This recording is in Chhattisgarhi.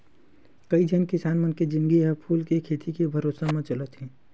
कइझन किसान मन के जिनगी ह फूल के खेती के भरोसा म चलत हे